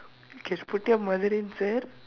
just put your mother in sir